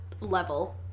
level